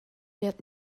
wird